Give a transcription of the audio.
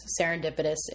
serendipitous